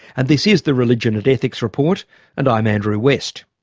and this is the religion and ethics report and i'm andrew west